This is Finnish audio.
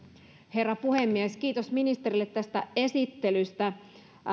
herra puhemies kiitos ministerille esittelystä